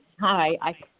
Hi